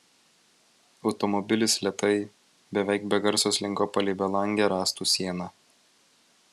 automobilis lėtai beveik be garso slinko palei belangę rąstų sieną